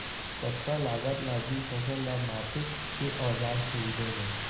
कतका लागत लागही फसल ला मापे के औज़ार खरीदे बर?